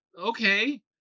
okay